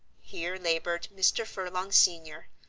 here laboured mr. furlong senior,